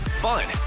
Fun